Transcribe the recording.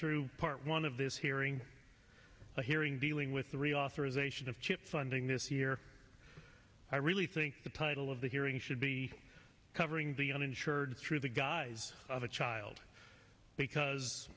through part one of this hearing a hearing dealing with the reauthorization of chip funding this year i really think the puddle of the hearing should be covering the uninsured through the guise of a child because